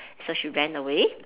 so she ran away